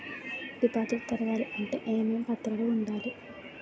Deposit తెరవాలి అంటే ఏమేం పత్రాలు ఉండాలి?